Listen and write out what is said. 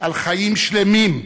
על חיים שלמים,